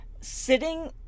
sitting